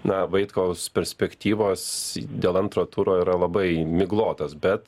na vaitkaus perspektyvos dėl antro turo yra labai miglotos bet